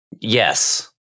Yes